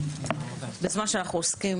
את רוצה לשאול חברי כנסת אחרים אם הם ממהרים?